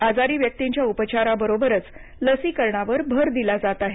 आजारी व्यक्तींच्या उपचाराबरोबरच लसीकरणावर भर दिला जात आहे